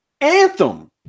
anthem